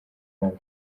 nabi